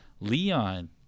Leon